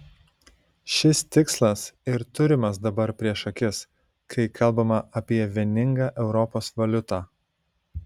šis tikslas ir turimas dabar prieš akis kai kalbama apie vieningą europos valiutą